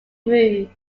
group